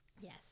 Yes